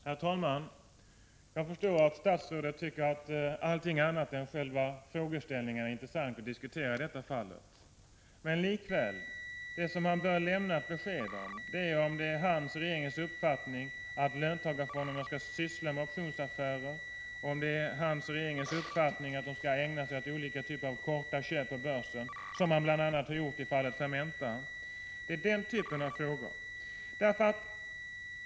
Herr talman! Jag förstår att statsrådet tycker att allt annat än själva frågeställningen är intressant att diskutera i detta fall. Likväl är det statsrådet som bör lämna besked om huruvida det är hans och regeringens uppfattning att löntagarfonderna skall syssla med optionsaffärer och om det är hans och regeringens uppfattning att de skall ägna sig åt olika typer av korta köp på börsen, som man bl.a. har gjort i fallet Fermenta.